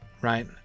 right